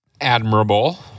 Admirable